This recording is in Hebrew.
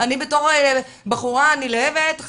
אני בתור בחורה נלהבת,